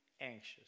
anxious